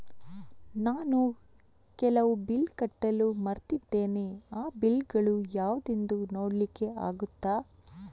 ನಾನು ಕೆಲವು ಬಿಲ್ ಕಟ್ಟಲು ಮರ್ತಿದ್ದೇನೆ, ಆ ಬಿಲ್ಲುಗಳು ಯಾವುದೆಂದು ನೋಡ್ಲಿಕ್ಕೆ ಆಗುತ್ತಾ?